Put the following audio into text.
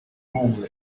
normal